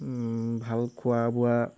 ভাল খোৱা বোৱা